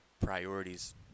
priorities